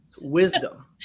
wisdom